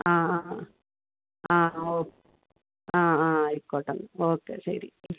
ആ ആ ആ ഓ ആ ആ ആയിക്കോട്ടെ ഓക്കെ ശരി